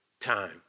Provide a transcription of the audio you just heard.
time